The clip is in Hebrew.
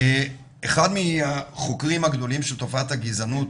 אחד מהחוקרים הגדולים של תופעת הגזענות,